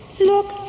Look